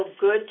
good